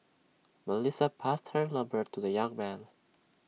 Melissa passed her number to the young man